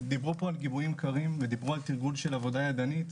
דיברו פה על גיבויים קרים ודיברו על תרגול של עבודה ידנית.